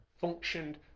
functioned